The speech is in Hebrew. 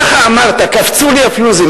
ככה אמרת: קפצו לי הפיוזים.